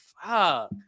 fuck